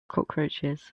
cockroaches